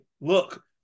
look